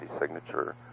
signature